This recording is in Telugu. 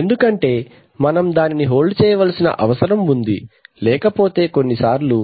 ఎందుకంటే మనం దానిని హోల్డ్ చేయవలసిన అవసరం ఉంది లేకపోతే కొన్నిసార్లు